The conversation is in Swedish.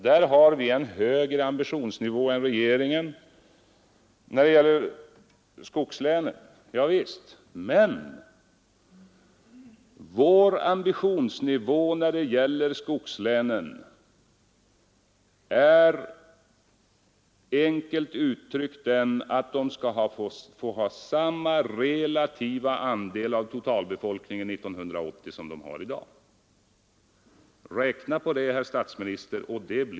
Där har vi en högre ambitionsnivå än regeringen när det gäller skogslänen. Ja visst, men vår ambitionsnivå när det gäller skogslänen är enkelt uttryckt den, att dessa län skall få ha samma relativa andel av totalbefolkningen 1980 som de har i dag. Räkna på det, herr statsminister.